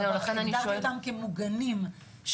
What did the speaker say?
לקחת אותם כמוגנים,